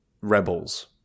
Rebels